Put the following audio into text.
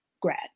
grad